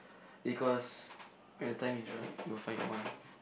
because when the time is right you will find your one